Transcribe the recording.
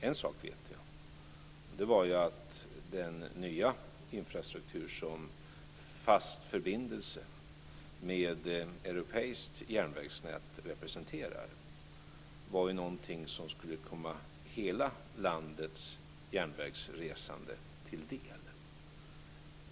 En sak vet jag, och det är att den nya infrastruktur som en fast förbindelse med europeiskt järnvägsnät representerar var någonting som skulle komma hela landets järnvägsresande till del.